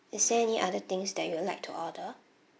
is there any other things that you would like to order